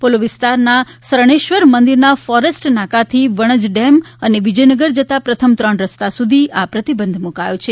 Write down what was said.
પોલો વિસ્તારના શરણેશ્વર મંદિરના ફોરેસ્ટ નાકાથી વણજ ડેમ અને વિજયનગર જતા પ્રથમ ત્રણ રસ્તા સુધી આ પ્રતિંબધ મૂકાયો છે